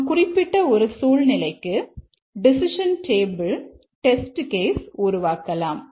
நாம் குறிப்பிட்ட ஒரு சூழ்நிலைக்கு டெசிஷன் டேபிள் டெஸ்ட் கேஸ் உருவாக்கலாம்